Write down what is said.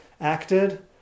acted